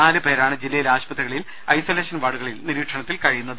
നാലു പേരാണ് ജില്ലയിലെ ആശുപത്രികളിൽ ഐസൊലേഷൻ വാർഡുകളിൽ നിരീക്ഷണത്തിൽ കഴിയുന്നത്